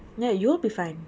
nah you'll be fine